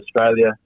Australia